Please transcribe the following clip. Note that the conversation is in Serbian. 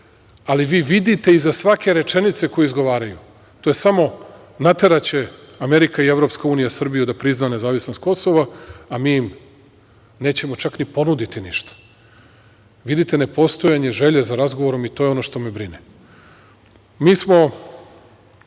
ali vi vidite iza svake rečenice koje izgovaraju, to je samo, nateraće Amerika i EU Srbiju da prizna nezavisnost Kosova, a mi im nećemo čak ni ponuditi ništa. Vidite nepostojanje želje za razgovorom i to je ono što me brine. Mi